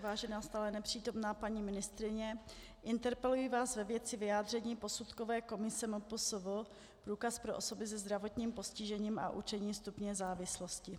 Vážená stále nepřítomná paní ministryně, interpeluji vás ve věci vyjádření posudkové komise MPSV průkaz pro osoby se zdravotním postižením a určením stupně závislosti.